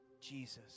Jesus